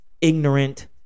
ignorant